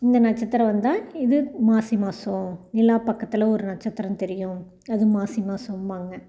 இந்த நட்சத்திரம் வந்தா இது மாசி மாதம் நிலா பக்கத்தில் ஒரு நட்சத்திரம் தெரியும் அது மாசி மாதம்பாங்க